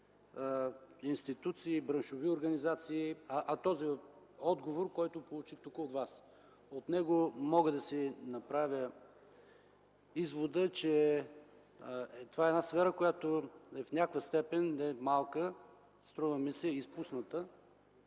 институции, браншови организации, а този отговор, който получих тук от Вас. От него мога да си направя извода, че това е една сфера, която в някаква степен е малко изпусната,